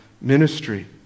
ministry